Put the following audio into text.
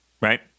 right